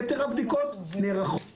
יתר הבדיקות מרחוק.